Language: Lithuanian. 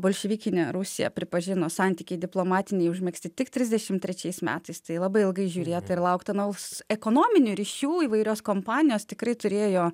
bolševikinė rusija pripažino santykiai diplomatiniai užmegzti tik trisdešim trečiais metais tai labai ilgai žiūrėta ir laukta nols ekonominių ryšių įvairios kompanijos tikrai turėjo